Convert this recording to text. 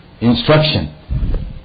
instruction